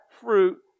fruit